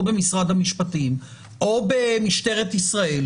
או במשרד המשפטים או במשטרת ישראל,